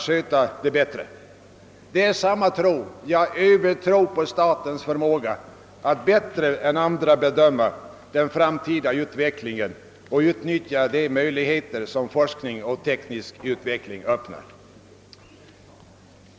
Man hyser samma tro, ja övertro, på statens förmåga att bättre än andra bedöma den framtida utvecklingen och utnyttja de möjligheter som forskning och teknisk utveckling öppnar.